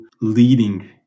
leading